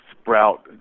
sprout